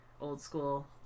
old-school